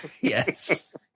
Yes